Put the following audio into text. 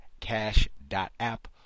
cash.app